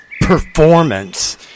performance